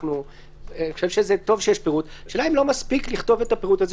אני חושב שזה טוב שיש פירוט השאלה אם לא מספיק לכתוב את הפירוט הזה,